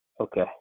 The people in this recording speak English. okay